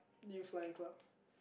youth flying club